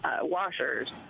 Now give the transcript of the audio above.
washers